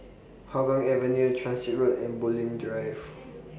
Hougang Avenue Transit Road and Bulim Drive